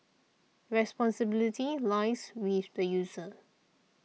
responsibility lies with the user